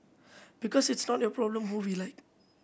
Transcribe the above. because it's not your problem who we like